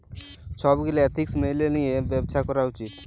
ছব গীলা এথিক্স ম্যাইলে লিঁয়ে ব্যবছা ক্যরা উচিত